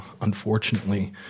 unfortunately